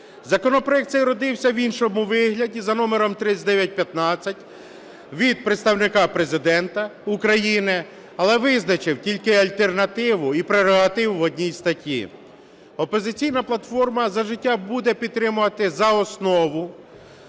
Законопроект цей родився в іншому вигляді за номером 3915 від представника Президента України, але визначив тільки альтернативу і прерогативу в одній статті. "Опозиційна платформа – За життя" буде підтримувати за основу